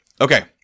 Okay